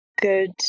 Good